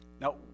now